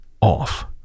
off